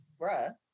Bruh